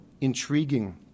intriguing